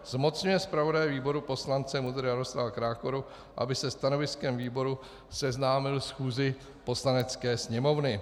II. zmocňuje zpravodaje výboru poslance MUDr. Jaroslavu Krákoru, aby se stanoviskem výboru seznámil schůzi Poslanecké sněmovny.